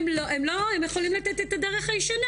הם יכולים לתת את הדרך הישנה,